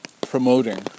promoting